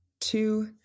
Two